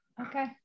Okay